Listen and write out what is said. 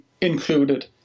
included